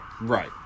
Right